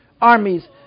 armies